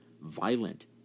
violent